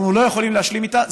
ואנחנו לא יכולים להשלים איתה.